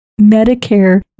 Medicare